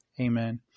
Amen